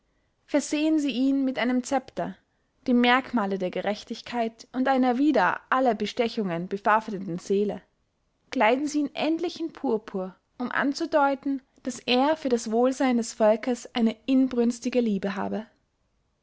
versehen sie ihn mit einem zepter dem merkmahle der gerechtigkeit und einer wider alle bestechungen bewaffneten seele kleiden sie ihn endlich in purpur um anzudeuten daß er für das wohlseyn des volkes eine inbrünstige liebe habe